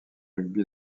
rugby